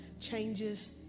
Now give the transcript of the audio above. changes